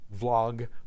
vlog